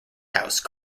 house